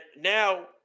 now